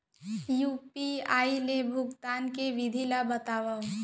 UPI ले भुगतान के विधि ला बतावव